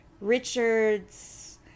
Richard's